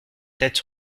tête